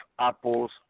apples